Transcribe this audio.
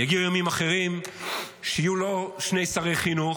יגיעו ימים אחרים שיהיו לא שני שרי חינוך,